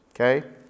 Okay